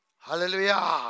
Hallelujah